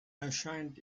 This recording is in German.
erscheint